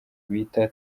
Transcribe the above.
bita